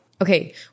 Okay